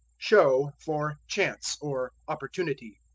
show for chance, or opportunity.